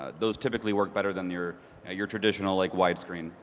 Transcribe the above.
ah those typically work better than your your traditional like widescreen.